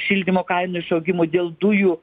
šildymo kainų išaugimų dėl dujų